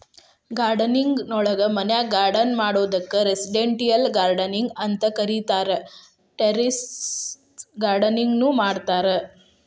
gardening ನೊಳಗ ಮನ್ಯಾಗ್ garden ಮಾಡೋದಕ್ಕ್ ರೆಸಿಡೆಂಟಿಯಲ್ ಗಾರ್ಡನಿಂಗ್ ಅಂತ ಕರೇತಾರ, ಟೆರೇಸ್ ಗಾರ್ಡನಿಂಗ್ ನು ಮಾಡ್ತಾರ